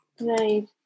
Right